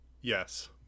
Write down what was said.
Yes